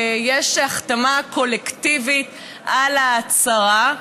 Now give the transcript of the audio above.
ויש החתמה קולקטיבית על ההצהרה,